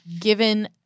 given